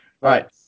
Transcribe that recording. Right